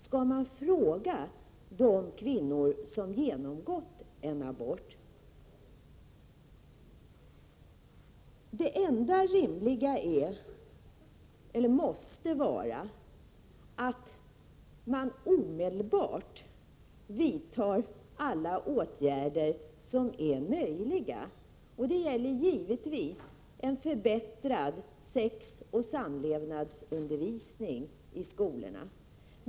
Skall man fråga de kvinnor som har genomgått en abort? Det enda rimliga måste vara att man omedelbart vidtar alla åtgärder som är möjliga. Det gäller givetvis en förbättrad sexoch samlevnadsundervisning i skolorna.